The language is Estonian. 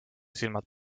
silmad